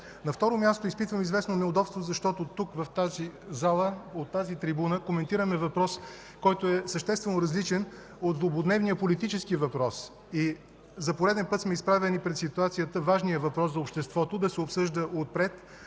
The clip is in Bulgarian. На второ място, изпитвам известно неудобство, защото тук, в тази зала, от тази трибуна коментираме въпрос, който е съществено различен от злободневния политически въпрос. За пореден път сме изправени пред ситуацията – важният въпрос за обществото да се обсъжда отпред,